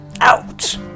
Out